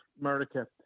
America